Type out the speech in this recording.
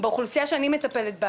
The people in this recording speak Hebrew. באוכלוסייה שאני מטפלת בה,